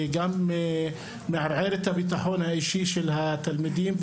וגם מערער את הביטחון האישי של התלמידים,